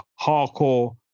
hardcore